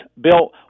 Bill